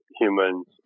humans